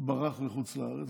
ברח לחוץ לארץ,